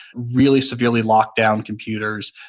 really severely locked down computers,